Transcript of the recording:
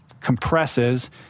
compresses